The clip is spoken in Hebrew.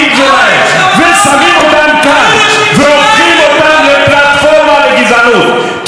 שלהם ושמים אותם כאן והופכים אותם לפלטפורמה לגזענות.